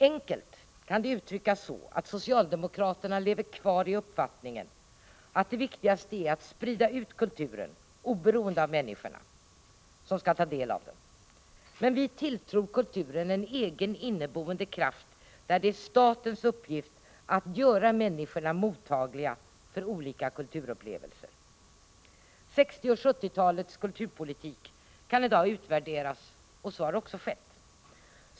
Enkelt kan det uttryckas så att socialdemokraterna lever kvar i uppfattningen att det viktigaste är att sprida ut kulturen, oberoende av människorna som skall ta del av den, medan vi tilltror kulturen en egen inneboende kraft, där det är statens uppgift att göra människorna mottagliga för olika kulturupplevelser. 1960 och 1970-talens kulturpolitik kan i dag utvärderas, och så har också skett.